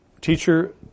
Teacher